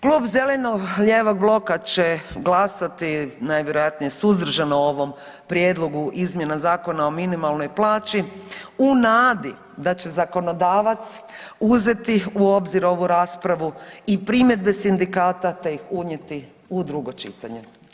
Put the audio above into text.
Klub zeleno-lijevog bloka će glasati najvjerojatnije suzdržano ovom Prijedlogu izmjena Zakona o minimalnoj plaći u nadi da će zakonodavac uzeti u obzir ovu raspravu i primjedbe sindikata te ih unijeti u drugo čitanje.